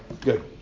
good